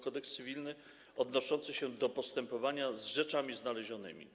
Kodeks cywilny odnoszące się do postępowania z rzeczami znalezionymi.